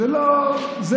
זו לא האג'נדה.